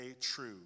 true